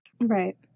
Right